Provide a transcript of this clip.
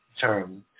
term